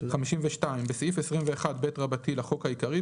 52. בסעיף 21ב לחוק העיקרי,